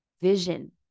vision